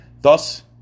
Thus